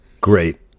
Great